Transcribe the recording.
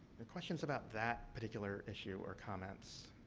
there questions about that particular issue? or, comments?